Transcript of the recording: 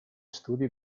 studi